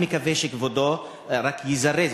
אני מקווה שכבודו רק יזרז,